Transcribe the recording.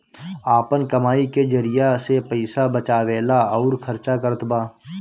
आपन कमाई के जरिआ से पईसा बचावेला अउर खर्चा करतबा